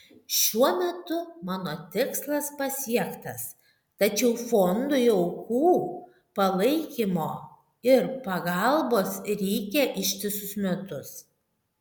šiuo metu mano tikslas pasiektas tačiau fondui aukų palaikymo ir pagalbos reikia ištisus metus